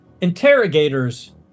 Interrogators